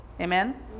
Amen